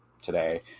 today